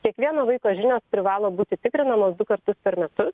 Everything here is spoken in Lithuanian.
kiekvieno vaiko žinios privalo būti tikrinamos du kartus per metus